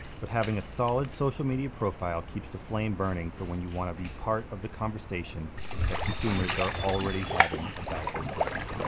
but having a solid social media profile keeps the flame burning for when you wanna be part of the conversation that consumers are already having about your brand.